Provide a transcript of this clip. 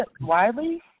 Wiley